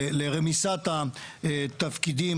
לרמיסת התפקידים,